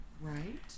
Right